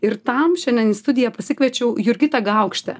ir tam šiandien į studiją pasikviečiau jurgitą gaukštę